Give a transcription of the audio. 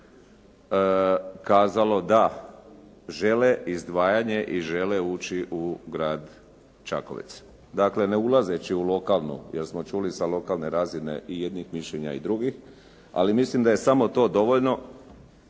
kazalo da žele izdvajanje i žele ući u grad Čakovec. Dakle, ne ulazeći u lokalnu, jer smo čuli sa lokalne razine i jednih mišljenja i drugih, ali mislim da je samo to dovoljno